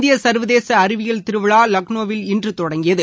இந்தியசர்வதேசஅறிவியல் திருவிழாலக்னோவில் இன்றுதொடங்கியது